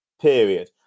period